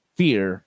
fear